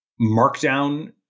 Markdown